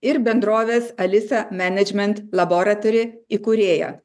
ir bendrovės alisa management laboratory įkūrėja